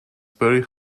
perry